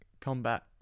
combat